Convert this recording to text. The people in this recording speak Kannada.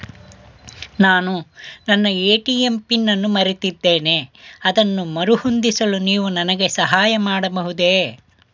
ನಾನು ನನ್ನ ಎ.ಟಿ.ಎಂ ಪಿನ್ ಅನ್ನು ಮರೆತಿದ್ದೇನೆ ಅದನ್ನು ಮರುಹೊಂದಿಸಲು ನೀವು ನನಗೆ ಸಹಾಯ ಮಾಡಬಹುದೇ?